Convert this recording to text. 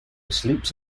sleeps